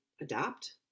adapt